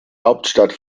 hauptstadt